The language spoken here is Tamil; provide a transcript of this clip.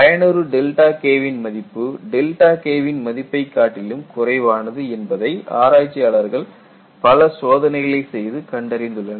பயனுறு ΔK வின் மதிப்பு ΔK வின் மதிப்பைக் காட்டிலும் குறைவானது என்பதை ஆராய்ச்சியாளர்கள் பல சோதனைகளை செய்து கண்டறிந்துள்ளனர்